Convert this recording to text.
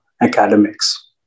academics